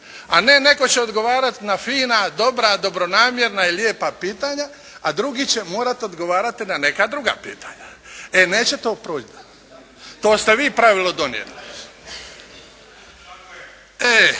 a ne netko će odgovarati na fina, dobra, dobronamjerna i lijepa pitanja, a drugi će morati odgovarati na neka druga pitanja. E neće to proći. To ste vi pravilo donijeli. Vi